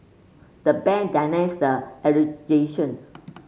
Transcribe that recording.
the bank denies the